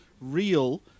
real